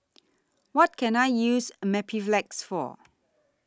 What Can I use Mepilex For